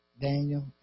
Daniel